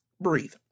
Breathe